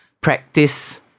practice